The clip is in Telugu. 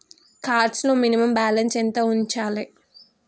కార్డ్ లో మినిమమ్ బ్యాలెన్స్ ఎంత ఉంచాలే?